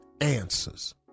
answers